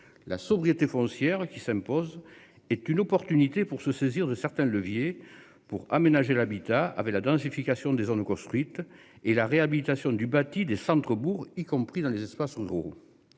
La sobriété foncière qui s'impose est une opportunité pour se saisir de certains leviers pour aménager l'habitat avait la densification des zones construites et la réhabilitation du bâti des centre-bourg y compris dans les espaces ruraux.